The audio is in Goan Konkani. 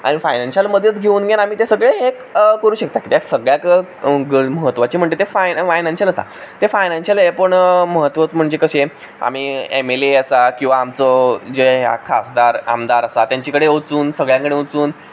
आनी फायनेन्शियल मदत घेवन घेवन आमी तें सगळें एक करूंक शकता कित्याक सगळ्यांत म्हत्वाचें म्हणटात तें फायनेन्शियल आसा तें फायनेन्शियल म्हत्व म्हणटा तें कशें आमी एम एल ए आसा किंवां आमचो जे खासदार आमदार आसा तांचे कडेन वचून सगळ्यां कडेन वचून